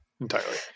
entirely